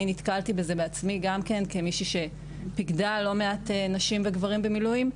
אני נתקלתי בזה בעצמי גם כן כמי שפיקדה על לא מעט נשים וגברים במילואים,